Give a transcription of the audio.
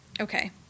okay